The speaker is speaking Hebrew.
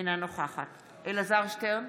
אינה נוכחת אלעזר שטרן,